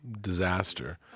disaster